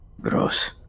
Gross